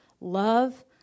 Love